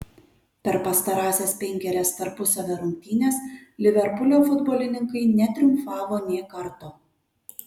per pastarąsias penkerias tarpusavio rungtynes liverpulio futbolininkai netriumfavo nė karto